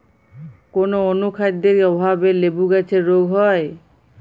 কোন অনুখাদ্যের অভাবে লেবু গাছের রোগ হয়?